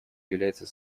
является